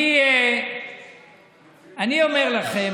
אני אומר לכם,